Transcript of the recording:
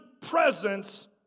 Presence